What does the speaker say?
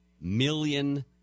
million